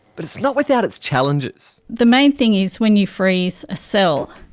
but it's not without its challenges. the main thing is when you freeze a cell,